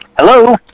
Hello